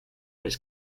his